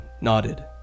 nodded